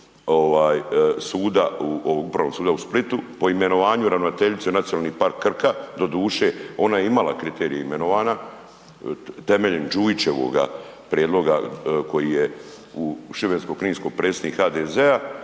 suda u Splitu po imenovanju ravnateljice NP Krka, doduše ona je imala kriterij imenovanja, temeljem Đujićevoga prijedloga koji je u šibensko-kninskom predsjednik HDZ-a,